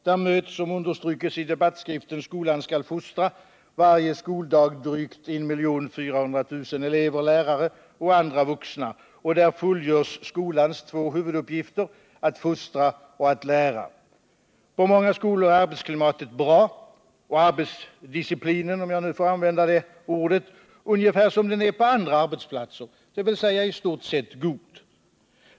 Där möts, som understryks i debattskriften Skolan skall fostra, varje skoldag drygt 1 400 000 elever och lärare samt andra vuxna, och där fullgörs skolans två huvuduppgifter: att fostra och att lära. I många skolor är arbetsklimatet bra och arbetsdisciplinen — om jag nu får använda det ordet — ungefär som på andra arbetsplatser, dvs. i stort sett god.